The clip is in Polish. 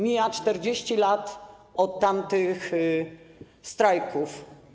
Mija 40 lat od tamtych strajków.